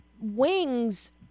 wings